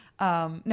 No